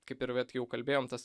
kaip ir vat jau kalbėjom tas